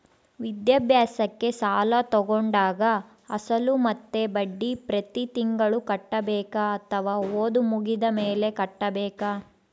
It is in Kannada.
ವಿದ್ಯಾಭ್ಯಾಸಕ್ಕೆ ಸಾಲ ತೋಗೊಂಡಾಗ ಅಸಲು ಮತ್ತೆ ಬಡ್ಡಿ ಪ್ರತಿ ತಿಂಗಳು ಕಟ್ಟಬೇಕಾ ಅಥವಾ ಓದು ಮುಗಿದ ಮೇಲೆ ಕಟ್ಟಬೇಕಾ?